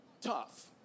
Tough